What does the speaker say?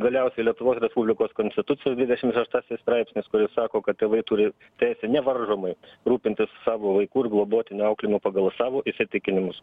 galiausiai lietuvos respublikos konstitucijos dvidešim šeštasis straipsnis kuris sako kad tėvai turi teisę nevaržomai rūpintis savo vaikų ir globotinių auklėjimu pagal savo įsitikinimus